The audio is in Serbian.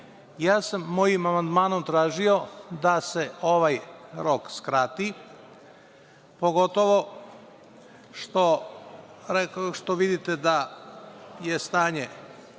godine. Ovim amandmanom sam tražio da se ovaj rok skrati, pogotovo što vidite da je stanje